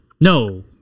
No